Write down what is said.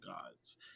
gods